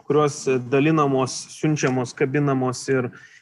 kurios dalinamos siunčiamos kabinamos ir